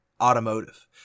automotive